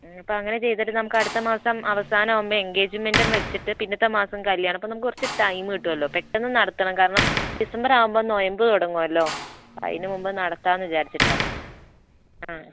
അപ്പം അങ്ങനെ ചെയ്തിട്ട് നമുക്ക് അടുത്തമാസം അവസാനമാകുമ്പോൾ എൻഗേജ്മെൻറും വച്ചിട്ട് പിന്നത്തെ മാസം കല്ല്യാണം അപ്പോൾ നമുക്ക് കുറച്ചു ടൈമ് കിട്ടുമല്ലോ പെട്ടെന്നു നടത്തണം കാരണം ഡിസംബർ ആകുമ്പോൾ നൊയമ്പ് തുടങ്ങുമല്ലോ അതിനുമുമ്പ് നടത്താം എന്നു വിചാരിച്ചിട്ടാണ് ആ